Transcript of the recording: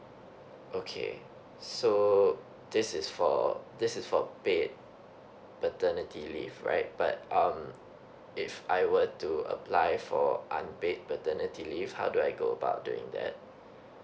okay so this is for this is for paid paternity leave right but um if I were to apply for unpaid paternity leave how do I go about doing that